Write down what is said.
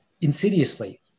insidiously